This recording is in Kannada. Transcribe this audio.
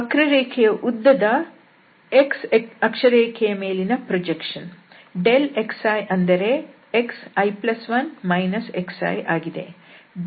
ಈ ವಕ್ರರೇಖೆ ಉದ್ದ ದ x ಅಕ್ಷರೇಖೆಯ ಮೇಲಿನ ಪ್ರೋಜಕ್ಷನ್ xi ಅಂದರೆ xi1 xi ಆಗಿದೆ